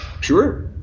Sure